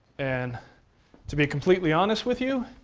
and to be completely honest with you,